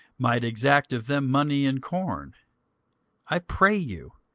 might exact of them money and corn i pray you,